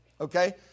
okay